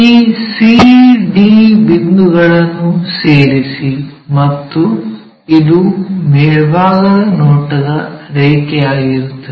ಈ c d ಬಿಂದುಗಳನ್ನು ಸೇರಿಸಿ ಮತ್ತು ಇದು ಮೇಲ್ಭಾಗದ ನೋಟದ ರೇಖೆ ಆಗಿರುತ್ತದೆ